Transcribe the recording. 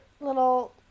little